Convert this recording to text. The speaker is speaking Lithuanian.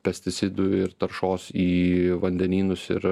pesticidų ir taršos į vandenynus ir